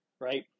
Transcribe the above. right